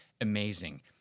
amazing